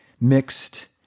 mixed